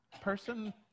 person